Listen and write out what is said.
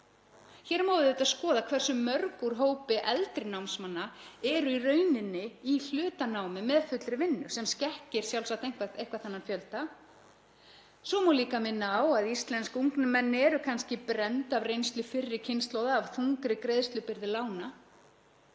Hér má auðvitað skoða hversu mörg úr hópi eldri námsmanna eru í rauninni í hlutanámi með fullri vinnu, sem skekkir sjálfsagt eitthvað þennan fjölda. Svo má líka minna á að íslensk ungmenni eru kannski brennd af reynslu fyrri kynslóða af þungri greiðslubyrði lána.